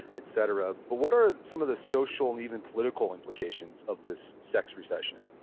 etc. but what are some of the social even political implications of this sex recession?